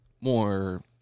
more